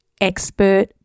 expert